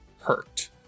hurt